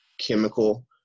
chemical